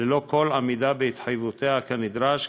ללא כל עמידה בהתחייבויותיה כנדרש,